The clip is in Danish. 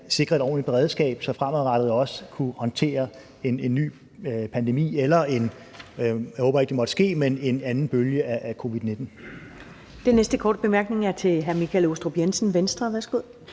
sikre et ordentligt beredskab, som fremadrettet kan håndtere en ny pandemi eller – og jeg håber ikke,